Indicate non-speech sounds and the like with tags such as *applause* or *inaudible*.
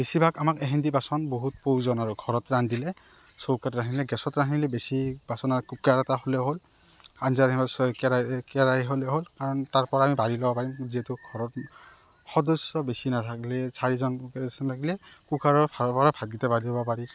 বেছিভাগ আমাক সিন্দি বাচন বহুত প্ৰয়োজন আৰু ঘৰত ৰান্ধিলে চৌকাত ৰান্ধিলে গেছত ৰান্ধিলে বেছি বাচন কুকাৰ এটা হ'লে হ'ল আঞ্জা ৰান্ধিবৰ কাৰণে কেৰাহি কেৰেহি হ'লেই হ'ল কাৰণ তাৰ পৰা আমি বাঢ়ি ল'ব পাৰিম যিহেতু ঘৰত সদস্য বেছি নাথাকিলে চাৰিজন সদস্য থাকিলে কুকাৰত *unintelligible* পৰা ভাতকেইটা বাঢ়িব পাৰি